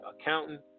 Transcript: accountant